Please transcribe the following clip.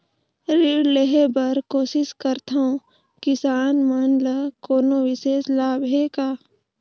ऋण लेहे बर कोशिश करथवं, किसान मन ल कोनो विशेष लाभ हे का?